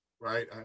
right